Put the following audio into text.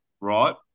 right